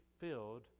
filled